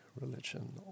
religion